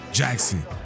Jackson